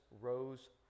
rose